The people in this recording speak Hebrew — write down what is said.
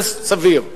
זה סביר.